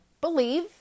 believe